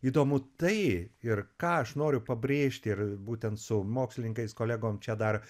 įdomu tai ir ką aš noriu pabrėžti ir būtent su mokslininkais kolegom čia dar